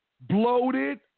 bloated